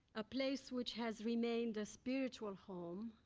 a place which has remained a spiritual home,